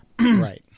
Right